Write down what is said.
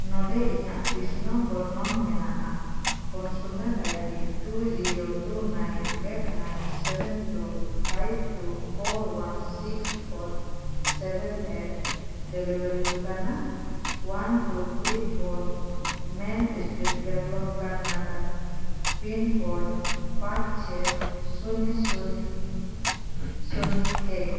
ᱱᱚᱰᱮ ᱤᱧᱟᱹᱜ ᱵᱤᱥᱱᱚ ᱵᱚᱨᱱᱚᱱ ᱢᱮᱱᱟᱜᱼᱟ consumer ID two zero two nine eight nine seven two five two four one six four seven eight delivery ᱴᱷᱤᱠᱟᱱᱟ ᱱᱚᱣᱟ two three four main estate Bangalore Karnataka pin code ᱯᱟᱸᱪ ᱪᱷᱚᱭ ᱥᱩᱭᱱᱚ ᱥᱩᱭᱱᱚ ᱮᱠ